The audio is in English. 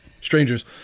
Strangers